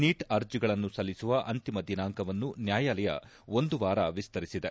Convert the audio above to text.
neat ಅರ್ಜಿಗಳನ್ನು ಸಲ್ಲಿಸುವ ಅಂತಿಮ ದಿನಾಂಕವನ್ನು ನ್ಲಾಯಾಲಯ ಒಂದು ವಾರ ವಿಸ್ತರಿಸಿದೆ